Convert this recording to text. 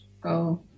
go